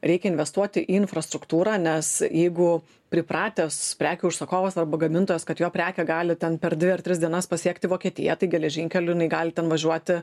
reikia investuoti į infrastruktūrą nes jeigu pripratęs prekių užsakovas arba gamintojas kad jo prekę gali ten per dvi ar tris dienas pasiekti vokietiją tai geležinkeliu jinai gali ten važiuoti